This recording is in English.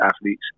athletes